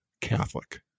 Catholic